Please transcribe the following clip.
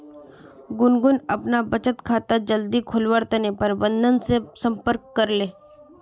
गुनगुन अपना बचत खाता जल्दी खोलवार तने प्रबंधक से संपर्क करले